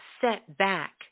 setback